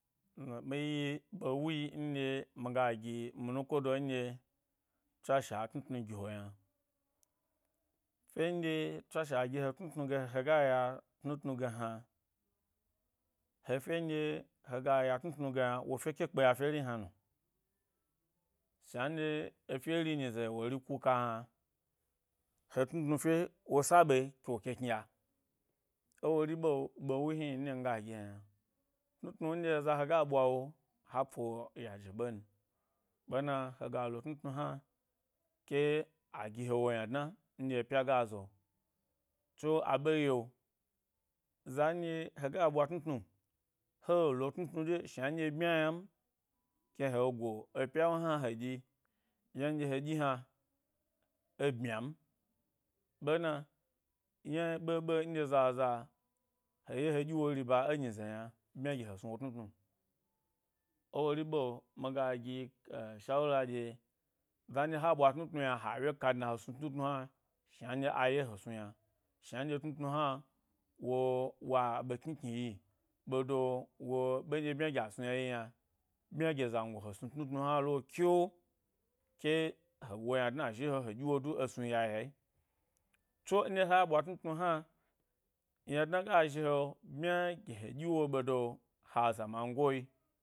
Mi yi be wi nɗye mi ga mi nuko do nɗye tswashe a tnu tnu gi wo yna fye nɗye tswashe a gi he tnu tnu ge hega ya tnu tnu ge yna, he fye nɗye nɗye hega ya tnu tnu ge yna wo fye ke kpe ya feri hna no, shna nɗye efye ri nyi ze wo ri ku ka hna, he tnu tnu fye, wo sa ɓe, ke wok e kni ya, ewori ɓe, ɓe wu hni nɗye nga gi he yna; tnu tnu nɗye eza hega ɓwa wo, ha po yaje bon, ɓena, hega lo tnu tnu hank e agi he wo yna dna, nɗye epya ga zo. Tso a ɓe yi’o, za nɗye hega ɓwa tnu tnu, he lo tnu tnu ɗye shna nɗye ɓmya yna yna n, ke he go epya wo hna he dyi, yna nɗye he ɗyi hna e-ɓmya n ɓena, yna, ɓeɓe nɗye zaza, he ye we ɗyi wo riba enyi ze yna bmya gi he snu wo tnu tnu ewo ri ɓe miga gieshawura ɗye-za nɗye ha ɓwa tnu tnu yna ha ewye ka dna he snu tnu tnu hna shna nɗye a ye gi he snu yna, shna nɗye tnu tnu hna, wow o a ɓe knikni yi, bedo wo ɓe ɗyi bnya gi a snu yna yi yna, ɗmya gi zango he snu tnu tnu hna lo kyo, ke he ɓwa wo yna dna he ɗyi wo du, esnu ya ye, tso, nɗye ha ɓwa tnu tnu hna ynadna ga zhi he bmya gi he ɗyiwo ɓedo ha azaman goi.